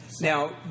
Now